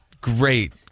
great